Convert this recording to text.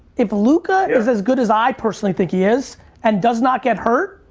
if luka is as good as i personally think he is and does not get hurt,